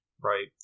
Right